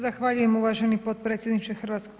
Zahvaljujem uvaženi potpredsjedniče HS.